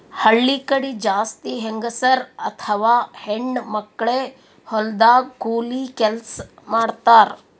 ಹಳ್ಳಿ ಕಡಿ ಜಾಸ್ತಿ ಹೆಂಗಸರ್ ಅಥವಾ ಹೆಣ್ಣ್ ಮಕ್ಕಳೇ ಹೊಲದಾಗ್ ಕೂಲಿ ಕೆಲ್ಸ್ ಮಾಡ್ತಾರ್